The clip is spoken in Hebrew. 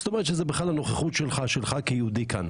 זאת אומרת שזו בכלל הנוכחות שלך כיהודי כאן.